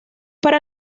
para